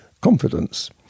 Confidence